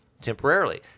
Temporarily